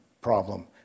problem